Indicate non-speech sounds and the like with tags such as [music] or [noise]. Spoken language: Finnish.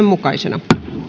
[unintelligible] mukaisesti